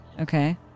Okay